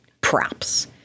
props